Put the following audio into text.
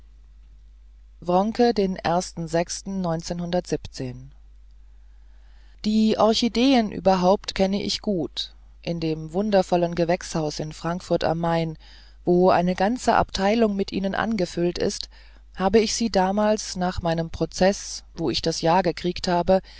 wronke den die orchideen überhaupt kenne ich gut in dem wundervollen gewächshaus in frankfurt a m wo eine ganze abteilung mit ihnen angefüllt ist habe ich sie damals nach meinem prozeß wo ich das jahr gekriegt habe